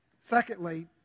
Secondly